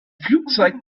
flugzeit